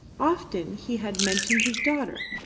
often he had mentioned his daughter,